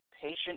patient